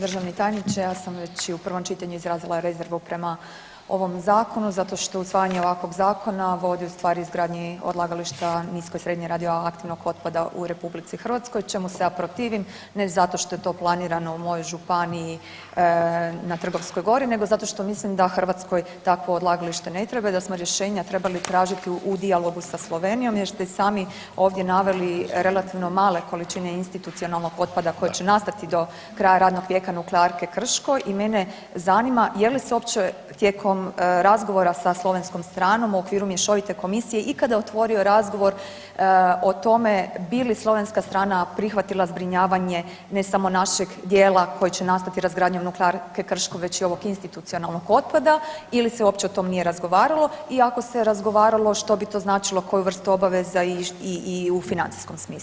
Državni tajniče, ja sam već i u prvom čitanju izrazila rezervu prema ovom zakonu zato što usvajanje ovakvog zakona vodi u stvari izgradnji odlagališta nisko i srednje radioaktivnog otpada u RH, čemu se ja protivim, ne zato što je to planirano u mojoj županiji na Trgovskoj gori nego zato što mislim da Hrvatskoj takvo odlagalište ne treba i da smo rješenja trebali tražiti u dijalogu sa Slovenijom jer ste i sami ovdje navali relativno male količine institucionalnog otpada koji će nastati do kraja radnog vijeka nuklearke Krško i mene zanima je li se uopće tijekom razgovora sa slovenskom stranom u okviru mješovite komisije ikada otvorio razgovor o tome bi li slovenska strana prihvatila zbrinjavanje ne samo našeg dijela koji će nastati razgradnjom nuklearke Krško već i ovog institucionalnog otpada ili se uopće o tom nije razgovaralo i ako se razgovaralo što bi to značilo koju vrstu obaveza i u financijskom smislu?